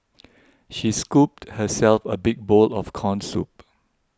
she scooped herself a big bowl of Corn Soup